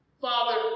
Father